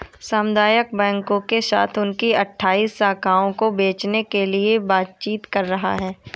सामुदायिक बैंकों के साथ उनकी अठ्ठाइस शाखाओं को बेचने के लिए बातचीत कर रहा है